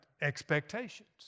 expectations